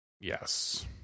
Yes